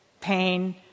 pain